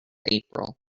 april